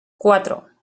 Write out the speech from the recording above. cuatro